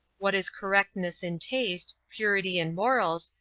what is correctness in taste, purity in morals,